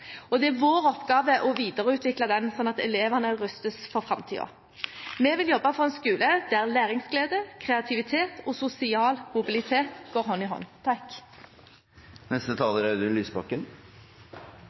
Det er vår oppgave å videreutvikle den slik at elevene rustes for framtiden. Vi vil jobbe for en skole der læringsglede, kreativitet og sosial mobilitet går hånd i